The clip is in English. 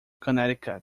connecticut